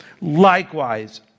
Likewise